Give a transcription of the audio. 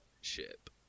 ship